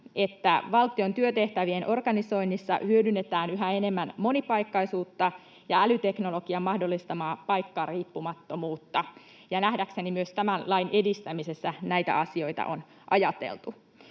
valtion työtehtävien organisoinnissa hyödynnetään yhä enemmän monipaikkaisuutta ja älyteknologian mahdollistamaa paikkariippumattomuutta, ja nähdäkseni myös tämän lain edistämisessä näitä asioita on ajateltu.